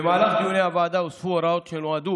במהלך דיוני הוועדה הוספו הוראות שנועדו